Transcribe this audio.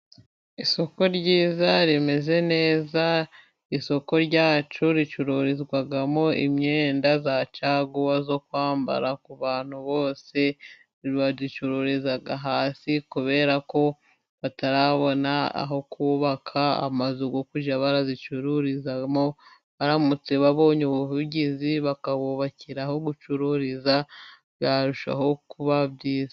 Isoko ryiza rimeze neza. Isoko ryacu ricururizwamo imyenda ya caguwa yo kwambara ku bantu bose. Bayicururiza hasi kubera ko batarabona aho kubaka amazu yo kujya bayicururizamo. Baramutse babonye ubuvugizi, bakabubakira aho gucururiza, byarushaho kuba byiza.